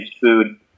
food